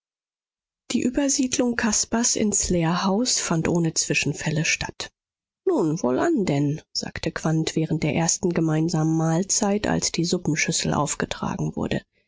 die übersiedlung caspars ins lehrerhaus fand ohne zwischenfälle statt nun wohlan denn sagte quandt während der ersten gemeinsamen mahlzeit als die suppenschüssel aufgetragen wurde